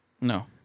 No